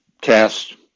cast